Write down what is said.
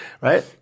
Right